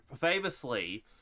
famously